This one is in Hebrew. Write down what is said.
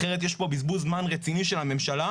אחרת יש פה בזבוז זמן רציני של הממשלה.